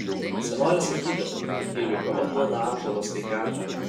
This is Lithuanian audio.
senoliai sakydavo kad gilių kava duoda ąžuolo sveikatą